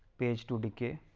page to decay.